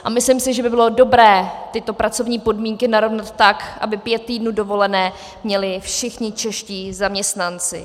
A myslím si, že by bylo dobré tyto pracovní podmínky narovnat tak, aby pět týdnů dovolené měli všichni čeští zaměstnanci.